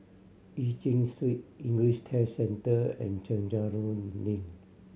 Eu Chin Street English Test Centre and Chencharu Link